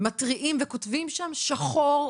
מתריעים וכותבים שם בשחור,